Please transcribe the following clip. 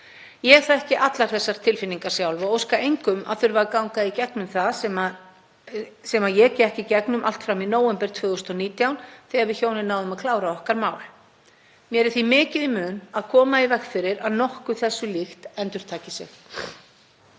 Ég þekki allar þessar tilfinningar sjálf og óska engum að þurfa að ganga í gegnum það sem ég gekk í gegnum allt fram í nóvember 2019 þegar við hjónin náðum að klára okkar mál. Mér er því mikið í mun að koma í veg fyrir að nokkuð þessu líkt endurtaki sig.